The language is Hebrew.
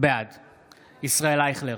בעד ישראל אייכלר,